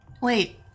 Wait